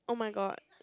oh my god